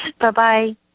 Bye-bye